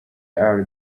are